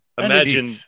Imagine